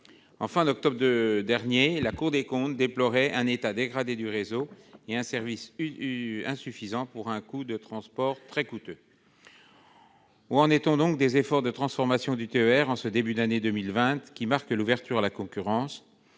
Enfin, en octobre dernier, la Cour des comptes déplorait un état dégradé du réseau et un service insuffisant pour un transport coûteux. Où en est-on des efforts de transformation du TER en ce début d'année 2020, qui marque l'ouverture à la concurrence ?